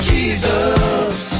Jesus